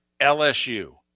LSU